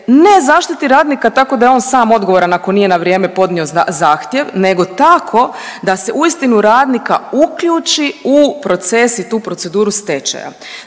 ne zaštiti radnika tako da je on sam odgovoran ako nije na vrijeme podnio zahtjev nego tako da se uistinu radnika uključi u proces i tu proceduru stečaja.